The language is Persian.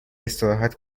استراحت